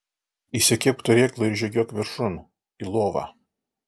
įsikibk turėklų ir žygiuok viršun į lovą